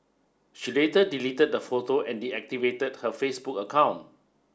she later deleted the photo and deactivated her Facebook account